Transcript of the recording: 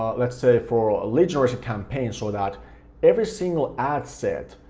um let's say for a lead generation campaign so that every single ad set,